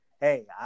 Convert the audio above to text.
Hey